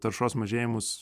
taršos mažėjimus